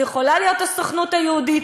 זו יכולה להיות הסוכנות היהודית.